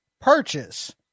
purchase